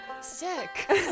Sick